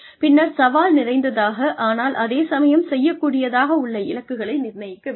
பின்னர் சவால் நிறைந்ததாக ஆனால் அதே சமயம் செய்யக் கூடியதாக உள்ள இலக்குகளை நிர்ணயிக்க வேண்டும்